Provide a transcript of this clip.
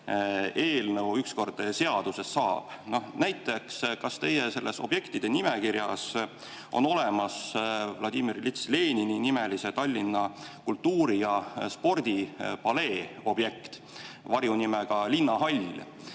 eelnõu ükskord seaduseks saab. Näiteks kas teie selles objektide nimekirjas on olemas Vladimir Iljitš Lenini nimelise Tallinna Kultuuri‑ ja Spordipalee objekt, varjunimega Linnahall,